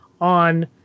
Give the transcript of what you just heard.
on